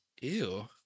Ew